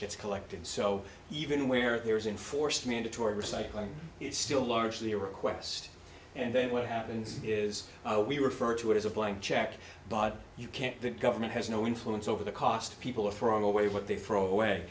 gets collected so even where there is in forced mandatory recycling it's still largely a request and then what happens is we refer to it as a blank check but you can't that government has no influence over the cost people are throwing away what they for a way